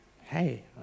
hey